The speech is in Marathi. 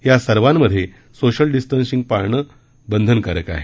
या सर्वांमध्ये सोशल डिस्टन्सिंग पाळणं बंधनकारक आहे